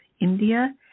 India